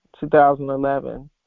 2011